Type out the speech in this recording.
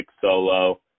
solo